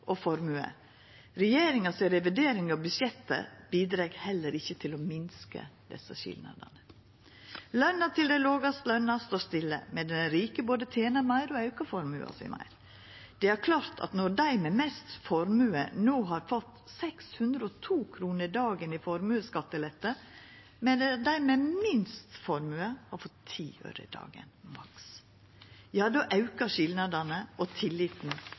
og i formue. Regjeringa si revidering av budsjettet bidreg heller ikkje til å minska dessa skilnadene. Løna til dei lågast lønte står stille, medan dei rike både tener meir og aukar formuen sin meir. Det er klårt at når dei med mest formue no har fått 602 kr dagen i formuesskattelette, medan dei med minst formue har fått 10 kr dagen, maks, ja då aukar skilnadene og tilliten